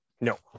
No